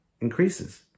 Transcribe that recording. increases